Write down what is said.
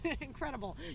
Incredible